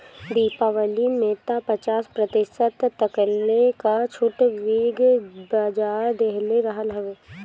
दीपावली में तअ पचास प्रतिशत तकले कअ छुट बिग बाजार देहले रहल हवे